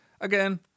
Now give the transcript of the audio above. Again